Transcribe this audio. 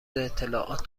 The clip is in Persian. اطلاعات